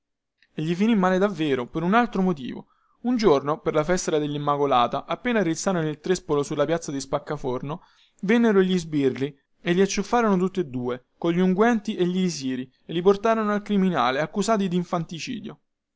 e gli finì male davvero per un altro motivo un giorno per la festa dellimmacolata appena rizzarono il trespolo sulla piazza di spaccaforno vennero gli sbirri e li acciuffarono tutti e due cogli unguenti e gli elisiri e li portarono al criminale accusati dinfanticidio